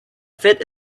fit